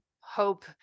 hope